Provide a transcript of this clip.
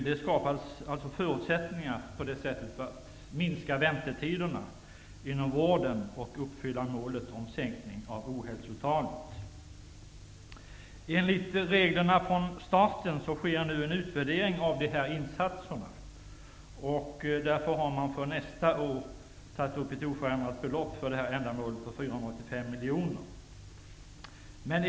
Det skapas alltså på det sättet förutsättningar för att minska väntetiderna inom vården och för att uppfylla målet om en sänkning av ohälsotalet. Enligt reglerna från staten sker nu en utvärdering av de här insatserna, och för detta ändamål har man satt upp ett oförändrat belopp på 485 miljoner för nästa år.